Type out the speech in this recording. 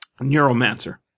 Neuromancer